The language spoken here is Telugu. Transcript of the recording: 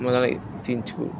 మొదలైన ఆలోచించు